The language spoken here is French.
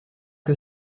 que